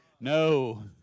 no